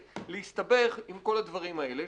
ולהסתבך עם כל הדברים האלה,